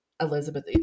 Elizabeth